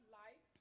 life